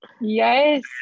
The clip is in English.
Yes